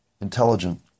intelligent